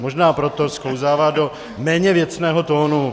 Možná proto sklouzává do méně věcného tónu.